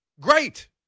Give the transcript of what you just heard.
Great